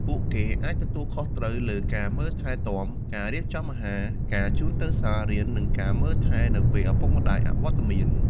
ពួកគេអាចទទួលខុសត្រូវលើការមើលថែទាំ ការរៀបចំអាហារ ការជូនទៅសាលារៀន និងការមើលថែនៅពេលឪពុកម្តាយអវត្តមាន។